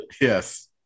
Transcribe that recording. Yes